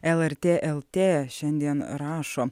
lrt lt šiandien rašo